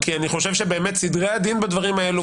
כי אני חושב שבאמת סדרי הדין בדברים האלו,